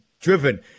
driven